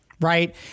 right